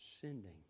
sending